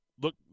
look